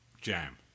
jam